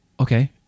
Okay